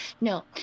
No